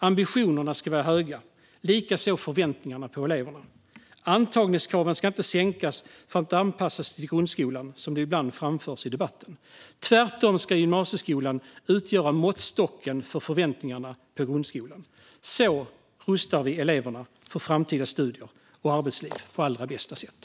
Ambitionerna ska vara höga, liksom förväntningarna på eleverna. Antagningskraven ska inte sänkas för att anpassas till grundskolan, vilket ibland framförs i debatten. Tvärtom ska gymnasieskolan utgöra måttstocken för förväntningarna på grundskolan. Så rustar vi eleverna för framtida studier och arbetsliv på allra bästa sätt.